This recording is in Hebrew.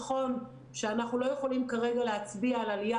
נכון שאנחנו לא יכולים כרגע להצביע על עלייה